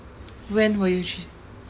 when were you trea~